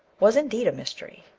was indeed a mystery.